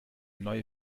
neue